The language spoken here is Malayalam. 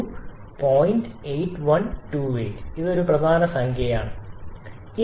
8128 ഒരു പ്രധാന സംഖ്യയാണ് ഇത്